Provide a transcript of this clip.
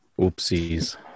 Oopsies